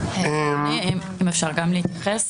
אפשר גם להתייחס?